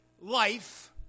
life